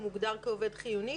הוא מוגדר כעובד חיוני?